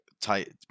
tight